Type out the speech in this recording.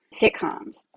sitcoms